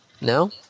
No